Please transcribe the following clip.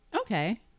Okay